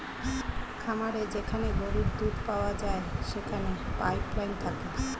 খামারে যেখানে গরুর দুধ পাওয়া যায় সেখানে পাইপ লাইন থাকে